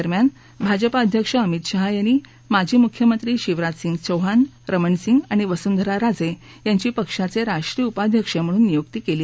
दरम्यान भाजपा अध्यक्ष अमित शाह यांनी माजी मुख्यमंत्री शिवराज सिंह चौहान रमण सिंग आणि वसुंधरा राजे यांची पक्षाचे राष्ट्रीय उपाध्यक्ष म्हणून नियुक्ती केली आहे